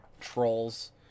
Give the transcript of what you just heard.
trolls